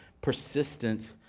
persistent